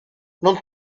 non